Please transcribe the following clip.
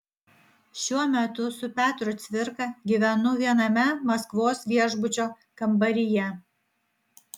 šiuo metu su petru cvirka gyvenu viename maskvos viešbučio kambaryje